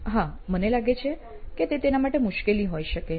હા મને લાગે છે કે તે તેના માટે મુશ્કેલી હોઈ શકે છે